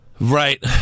Right